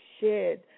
shed